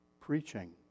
preaching